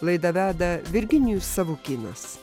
laidą veda virginijus savukynas